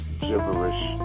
gibberish